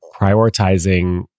prioritizing